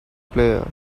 player